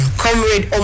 comrade